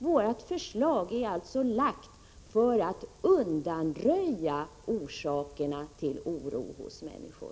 Vårt förslag är alltså framlagt för att undanröja orsakerna till oro hos människor.